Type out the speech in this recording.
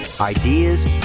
ideas